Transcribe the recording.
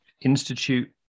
institute